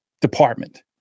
department